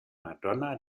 madonna